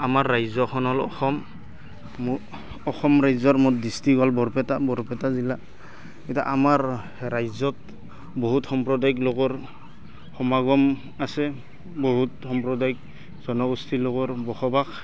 আমাৰ ৰাজ্যখন হ'ল অসম অসম ৰাজ্যৰ মোৰ ডিষ্ট্ৰিক্ট হ'ল বৰপেটা বৰপেটা জিলা এতিয়া আমাৰ ৰাজ্যত বহুত সম্প্ৰদায়িক লোকৰ সমাগম আছে বহুত সম্প্ৰদায়িক জনগোষ্ঠীৰ লোকৰ বসবাস